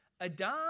Adam